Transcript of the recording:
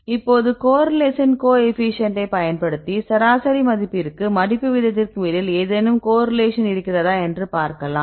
இப்போது கோரிலேஷன் கோஎஃபீஷியேன்ட்டை பயன்படுத்தி சராசரி மதிப்பிற்கும் மடிப்பு விகிதத்திற்கும் இடையில் ஏதேனும் கோரிலேஷன் இருக்கிறதா என்று பார்க்கலாம்